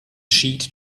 sheet